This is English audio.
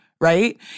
right